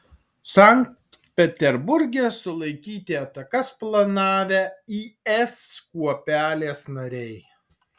sankt peterburge sulaikyti atakas planavę is kuopelės nariai